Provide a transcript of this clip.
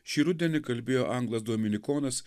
šį rudenį kalbėjo anglas dominikonas